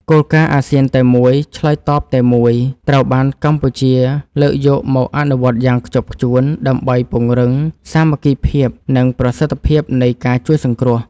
គោលការណ៍អាស៊ានតែមួយ ឆ្លើយតបតែមួយ ត្រូវបានកម្ពុជាលើកយកមកអនុវត្តយ៉ាងខ្ជាប់ខ្ជួន ដើម្បីពង្រឹងសាមគ្គីភាព និងប្រសិទ្ធភាពនៃការជួយសង្គ្រោះ។